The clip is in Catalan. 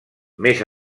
més